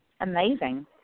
Amazing